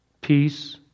peace